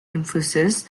emphasis